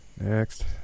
Next